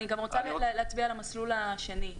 אני גם רוצה להצביע על המסלול השני.